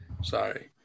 Sorry